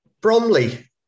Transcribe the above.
Bromley